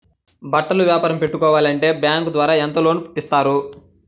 బట్టలు వ్యాపారం పెట్టుకోవాలి అంటే బ్యాంకు ద్వారా ఎంత లోన్ ఇస్తారు?